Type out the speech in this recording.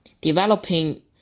developing